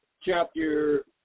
chapter